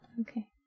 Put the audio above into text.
Okay